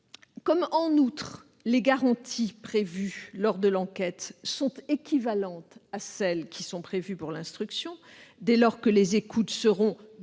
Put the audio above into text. Au demeurant, les garanties prévues lors de l'enquête sont équivalentes à celles qui sont prévues pour l'instruction, et les écoutes seront dans